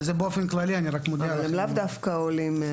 הם לאו דווקא עולים.